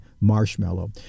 marshmallow